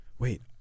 Wait